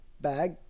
bag